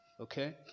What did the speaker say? Okay